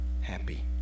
happy